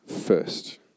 first